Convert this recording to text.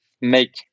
make